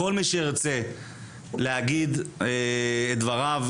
כל מי שירצה להגיד את דבריו,